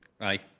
Aye